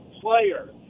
player